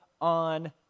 on